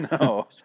No